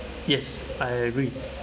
yes I agree